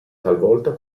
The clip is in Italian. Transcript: talvolta